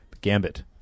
Gambit